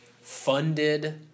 funded